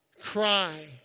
cry